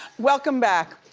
welcome back.